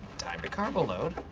time to carload